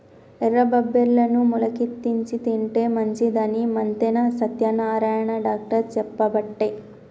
ఎర్ర బబ్బెర్లను మొలికెత్తిచ్చి తింటే మంచిదని మంతెన సత్యనారాయణ డాక్టర్ చెప్పబట్టే